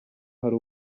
hari